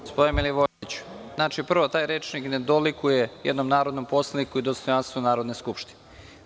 Gospodine Milivojeviću, prvo taj rečnik ne dolikuje jednom narodnom poslaniku i dostojanstvu Narodne skupštine.